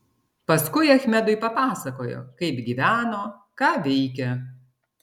paskui achmedui papasakojo kaip gyveno ką veikė